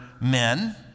men